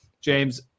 James